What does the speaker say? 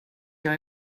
jag